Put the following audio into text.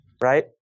Right